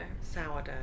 sourdough